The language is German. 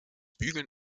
bügeln